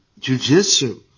jujitsu